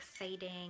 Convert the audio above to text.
exciting